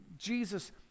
Jesus